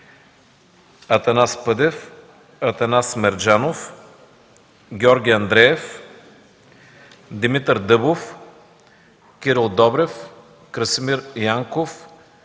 Атанас Пъдев, Атанас Мерджанов, Георги Андреев, Димитър Дъбов, Кирил Добрев, Красимир Янков